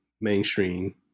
mainstream